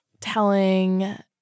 telling